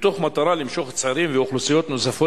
מתוך מטרה למשוך צעירים ואוכלוסיות נוספות